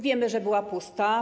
Wiemy, że była pusta.